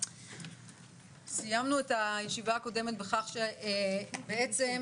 למעט סעיפים 20-19 מתוך הצעת